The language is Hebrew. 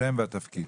השם והתפקיד.